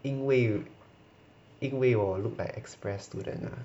因为因为我 look like express students lah